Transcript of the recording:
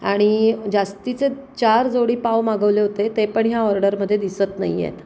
आणि जास्तीचे चार जोडी पाव मागवले होते ते पण ह्या ऑर्डरमध्ये दिसत नाही आहेत